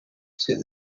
said